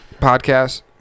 podcast